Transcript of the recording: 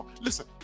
Listen